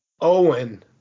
Owen